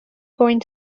going